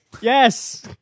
Yes